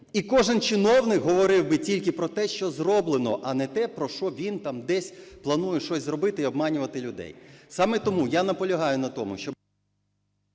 і кожен чиновник говорив би тільки про те, що зроблено, а не те, про що він там десь планує щось зробити і обманювати людей. Саме тому я наполягаю на тому, щоб…